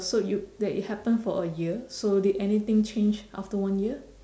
so you that it happen for a year so did anything change after one year